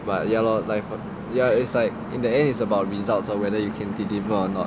but ya lor life on ya it's like in the end is about results or whether you can deliver or not